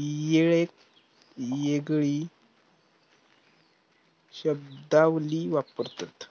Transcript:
येळेक येगळी शब्दावली वापरतत